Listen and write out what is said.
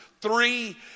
three